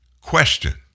Question